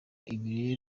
ibi